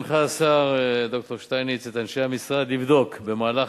הנחה השר ד"ר שטייניץ את אנשי המשרד לבדוק במהלך